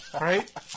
Right